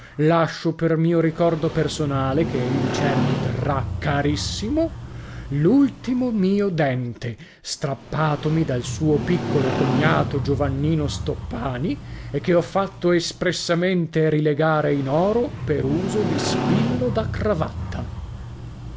lascio per mio ricordo personale che egli certo terrà carissimo l'ultimo mio dente strappatomi dal suo piccolo cognato giovannino stoppani e che ho fatto espressamente rilegare in oro per uso di spillo da cravatta